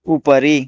उपरि